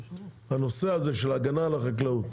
הנושא הזה של הגנה על החקלאות,